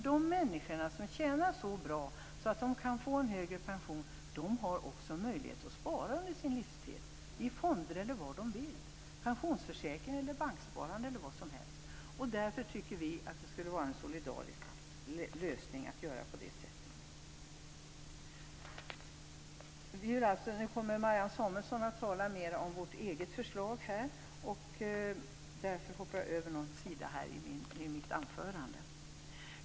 De människor som tjänar så bra att de kan få en högre pension har också möjlighet att spara under sin livstid i fonder eller vad de vill, i pensionsförsäkring eller bank. Därför tycker vi att det skulle vara en solidarisk lösning att göra på det sätt som vi föreslår. Marianne Samuelsson kommer att tala om vårt förslag litet senare.